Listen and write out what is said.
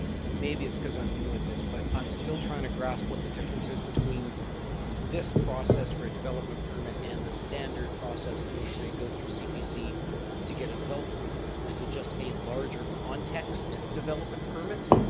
maybe it's because i'm new at this but i'm still trying to grasp what the difference is between this process for a development permit and the standard process to which they go through cpc to get a development permit. is it just a larger context development permit?